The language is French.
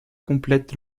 complètent